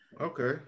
Okay